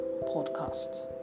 podcast